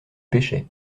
pêchais